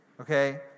Okay